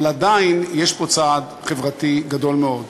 אבל עדיין יש פה צעד חברתי גדול מאוד.